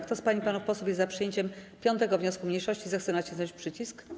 Kto z pań i panów posłów jest za przyjęciem 5. wniosku mniejszości, zechce nacisnąć przycisk.